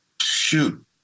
shoot